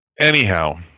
Anyhow